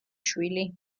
შვილი